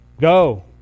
Go